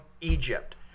Egypt